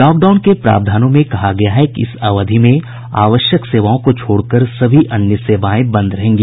lockdown के प्रावधानों में कहा गया है कि इस अवधि में आवश्यक सेवाओं को छोड़कर सभी अन्य सेवाएं बंद रहेंगी